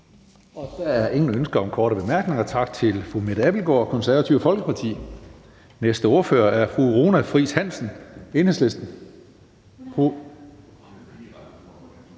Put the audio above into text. Der er ingen ønsker om korte bemærkninger. Tak til fru Mette Abildgaard, Det Konservative Folkeparti. Næste ordfører er fru Runa Friis Hansen, Enhedslisten